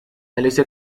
أليس